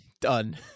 done